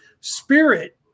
spirit